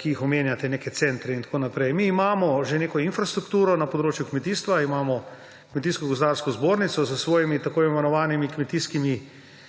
ki jih omenjate, neke centre in tako naprej. Mi imamo že neko infrastrukturo na področju kmetijstva, imamo Kmetijsko gozdarsko zbornico s svojimi tako imenovanimi kmetijskimi